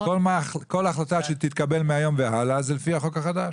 כל החלטה שתתקבל מהיום והלאה זה לפי החוק החדש.